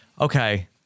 okay